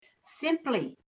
Simply